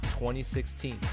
2016